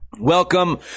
welcome